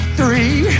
three